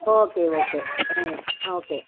okay okay ah okay